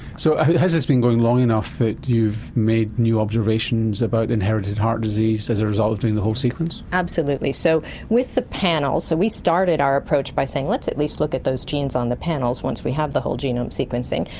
so has this been going long enough that you've made new observations about inherited heart disease as a result of doing the whole sequence? absolutely. so with the panels, so we started our approach by saying let's at least look at those genes on the panels once we have the whole genome sequencing,